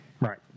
Right